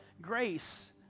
grace